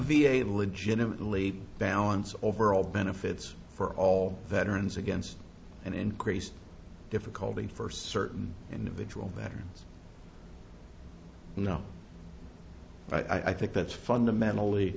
a legitimately balance overall benefits for all veterans against an increased difficulty for certain individuals that are no i think that's fundamentally